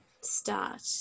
start